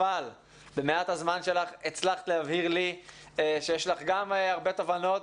אבל במעט הזמן שלך הצלחת להבהיר לי שיש לך גם הרבה תובנות,